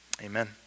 Amen